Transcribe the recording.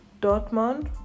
Dortmund